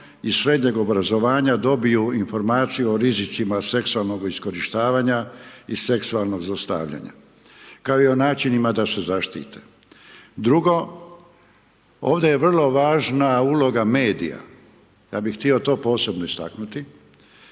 i srednjeg obrazovanja dobiju informaciju o rizicima seksualnog iskorištavanja i seksualnog zlostavljanja. Kao i načinima da se zaštite. Drugo, ovdje je vrlo važna uloga medija. Ja bi htio to posebno istaknuti.